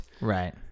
Right